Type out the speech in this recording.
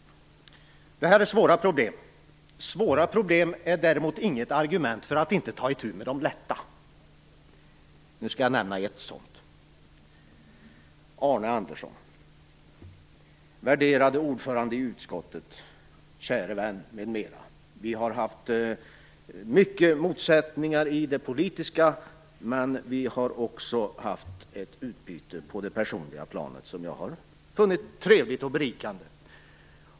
Det här är svåra problem. Svåra problem är dock inget argument för att inte ta itu med de lätta. Nu skall jag nämna två sådana. Arne Andersson, värderade ordförande i utskottet, käre vän m.m.! Vi har haft mycket motsättningar i det politiska, men vi har också haft ett utbyte på det personliga planet, som jag har funnit trevligt och berikande.